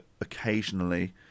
occasionally